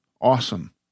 Awesome